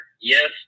Yes